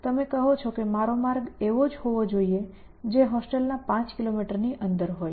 તમે કહો છો કે મારો માર્ગ એવો હોવો જોઇએ કે જે હોસ્ટેલના 5 કિલોમીટરની અંદર હોય